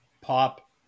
pop